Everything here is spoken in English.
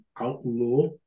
outlaw